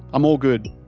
i'm all good.